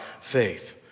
faith